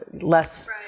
less